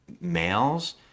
males